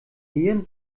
nieren